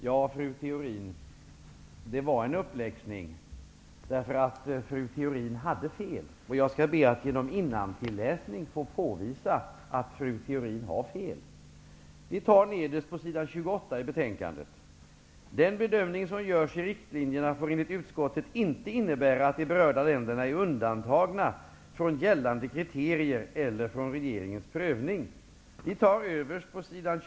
Fru talman! Det var en uppläxning, fru Theorin, därför att fru Theorin hade fel. Jag skall genom innantilläsning be att få påvisa att fru Theorin har fel. Nederst på sid. 28 och överst på sid. 29 i betänkandet står följande: ''Den bedömning som görs i riktlinjerna får enligt utskottet inte innebära att de berörda länderna är undantagna från gällande kriterier eller från regeringens prövning.